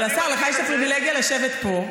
אבל השר, לך יש את הפריבילגיה לשבת פה.